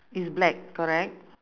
is black correct